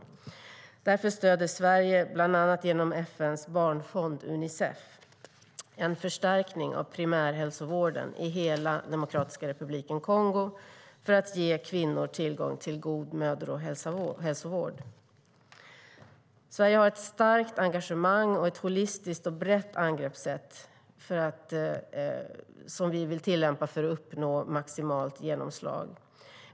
Därför stöder Sverige, bland annat genom FN:s barnfond Unicef, en förstärkning av primärhälsovården i hela Demokratiska republiken Kongo för att ge kvinnor tillgång till god mödrahälsovård. Sverige har ett starkt engagemang, och ett holistiskt och brett angreppssätt tillämpas för att uppnå maximalt genomslag.